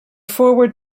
forward